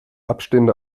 abstehende